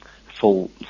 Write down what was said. full